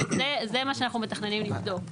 וזה מה שאנחנו מתכננים לבדוק.